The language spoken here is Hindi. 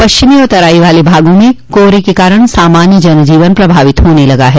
पश्चिमी और तराई भागों में कोहरे के कारण सामान्य जनजीवन प्रभावित होने लगा है